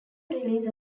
release